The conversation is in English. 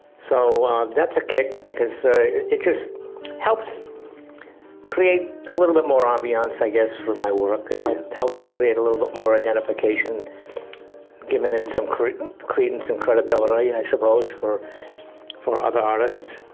so that's a kick because so it just helps create a little but more ambience i guess for my work. it helps helps to create a little but more identification and given it some credence credence and credibility i suppose for for other artists.